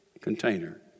container